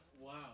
Wow